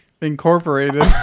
Incorporated